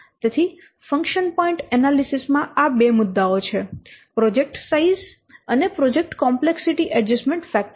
તેથી function point analysis માં આ બે મુદ્દાઓ છે પ્રોજેક્ટ સાઈઝ અને પ્રોજેક્ટ કોમ્પ્લેક્સિટી ઍડ્જસ્ટમેન્ટ ફેક્ટર્સ